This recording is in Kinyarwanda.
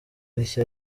rishya